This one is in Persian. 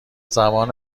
زبان